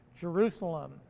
Jerusalem